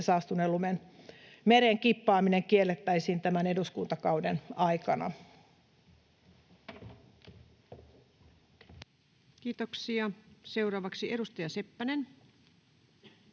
eli saastuneen lumen mereen kippaaminen kiellettäisiin tämän eduskuntakauden aikana. Kiitoksia. — Seuraavaksi edustaja Seppänen.